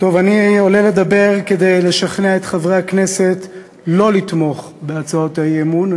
אני עולה לדבר כדי לשכנע את חברי הכנסת לא לתמוך בהצעות האי-אמון.